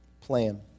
plan